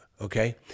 okay